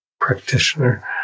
practitioner